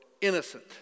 innocent